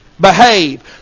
behave